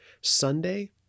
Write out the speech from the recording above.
Sunday